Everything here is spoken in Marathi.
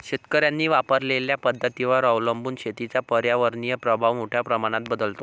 शेतकऱ्यांनी वापरलेल्या पद्धतींवर अवलंबून शेतीचा पर्यावरणीय प्रभाव मोठ्या प्रमाणात बदलतो